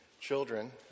children